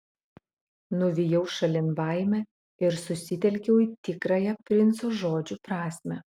nuvijau šalin baimę ir susitelkiau į tikrąją princo žodžių prasmę